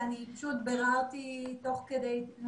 ברור.